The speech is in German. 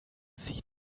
sie